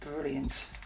brilliant